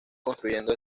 construyendo